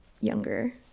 younger